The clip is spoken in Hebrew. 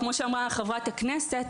כמו שאמרה כאן חברת הכנסת,